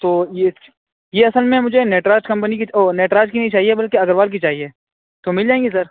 تو یہ یہ اصل میں مجھے نٹراج کمپنی کی او نٹراج کی نہیں چاہیے بلکہ اگروال کی چاہیے تو مل جائیں گی سر